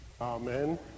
Amen